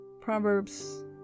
Proverbs